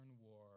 war